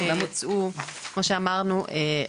כמו שאמרנו,